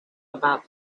about